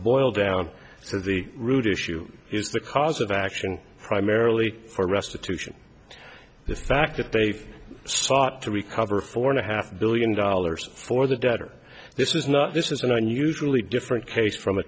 boiled down to the root issue is the cause of action primarily for restitution the fact that they've sought to recover four and a half billion dollars for the debtor this is not this is an unusually different case from a